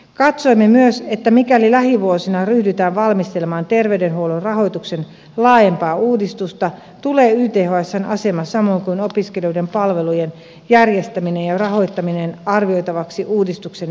katsoimme myös että mikäli lähivuosina ryhdytään valmistelemaan terveydenhuollon rahoituksen laajempaa uudistusta tulee ythsn asema samoin kuin opiskelijoiden palvelujen järjestäminen ja rahoittaminen arvioitavaksi uudistuksen yhteydessä